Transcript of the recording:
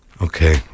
Okay